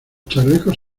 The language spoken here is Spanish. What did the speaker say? chalecos